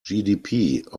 gdp